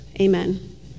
Amen